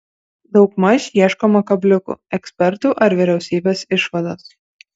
daugmaž ieškoma kabliukų ekspertų ar vyriausybės išvados